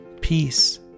Peace